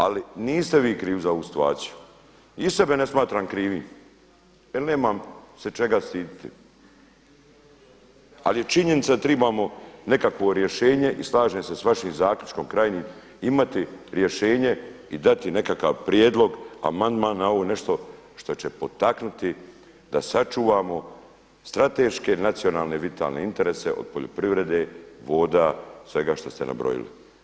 Ali niste vi krivi za ovu situaciju i sebe ne smatram krivim jel nemam se čega stiditi, ali je činjenica da tribamo nekakvo rješenje i slažem se s vašim zaključkom krajnjim, imati rješenje i dati nekakav prijedlog, amandman na ovo nešto što će potaknuti da sačuvamo strateške nacionalne vitalne interese od poljoprivrede, voda svega što ste nabrojili.